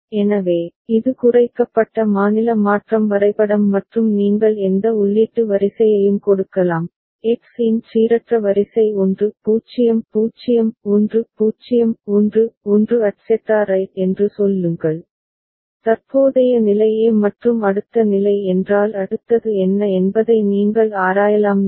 எனவே இது குறைக்கப்பட்ட மாநில மாற்றம் வரைபடம் மற்றும் நீங்கள் எந்த உள்ளீட்டு வரிசையையும் கொடுக்கலாம் எக்ஸ் இன் சீரற்ற வரிசை 1 0 0 1 0 1 1 etcetera right என்று சொல்லுங்கள் தற்போதைய நிலை a மற்றும் அடுத்த நிலை என்றால் அடுத்தது என்ன என்பதை நீங்கள் ஆராயலாம் நிலை